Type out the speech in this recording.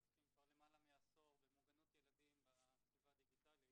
עוסקים כבר למעלה מעשור במוגנות ילדים בסביבה הדיגיטלית.